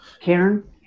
Karen